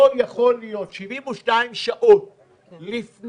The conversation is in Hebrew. לא יכול להיות, 72 שעות לפני,